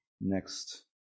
next